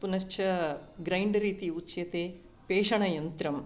पुनश्च ग्रैण्डर् इति उच्यते पेषणयन्त्रम्